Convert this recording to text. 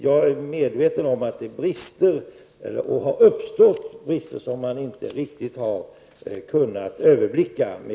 Jag är medveten om att det med Robin Hood-systemet har uppstått brister som man inte riktigt har kunnat överblicka.